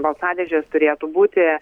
balsadėžės turėtų būti